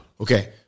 Okay